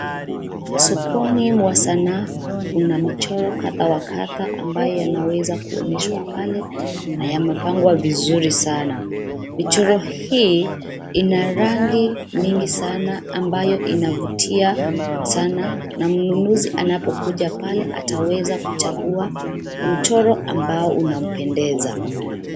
Sokoni mwa sanaa, kuna michoro kadhaa wa kadhaa ambayo yanaweza kuonyeshwa pale na yamepangwa vizuri sana. Michoro hii ina rangi nyingi sana ambayo inavutia sana na mnunuzi anapokuja pale ataweza kuchagua mchooro ambao unampendeza.